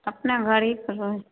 अपना घरहिपर रही